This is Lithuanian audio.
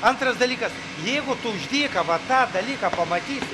antras dalykas jeigu tu už dyką vat tą dalyką pamatysi